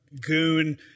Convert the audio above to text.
goon